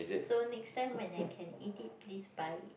so next time when I can eat it please buy it